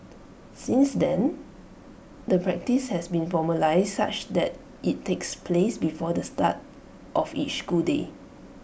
since then the practice has been formalised such that IT takes place before the start of each school day